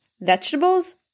Vegetables